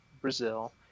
Brazil